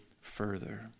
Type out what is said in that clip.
further